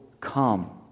come